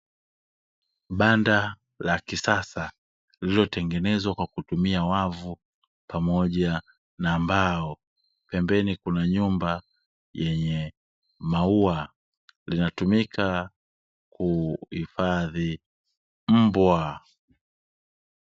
Banda la kisasa lililotengenezwa kwa kutumia wavu pamoja na mbao, pembeni kukiwa na nyumba yenye maua inayotumika kuhifadhi mbwa.